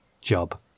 job